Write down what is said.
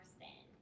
sin